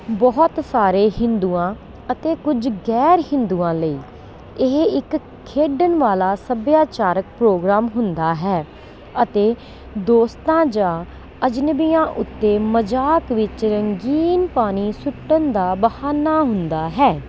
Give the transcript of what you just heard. ਬਹੁਤ ਸਾਰੇ ਹਿੰਦੂਆਂ ਅਤੇ ਕੁਝ ਗ਼ੈਰ ਹਿੰਦੂਆਂ ਲਈ ਇਹ ਇੱਕ ਖੇਡਣ ਵਾਲਾ ਸੱਭਿਆਚਾਰਕ ਪ੍ਰੋਗਰਾਮ ਹੁੰਦਾ ਹੈ ਅਤੇ ਦੋਸਤਾਂ ਜਾਂ ਅਜਨਬੀਆਂ ਉੱਤੇ ਮਜ਼ਾਕ ਵਿੱਚ ਰੰਗੀਨ ਪਾਣੀ ਸੁੱਟਣ ਦਾ ਬਹਾਨਾ ਹੁੰਦਾ ਹੈ